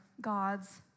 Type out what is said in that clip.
God's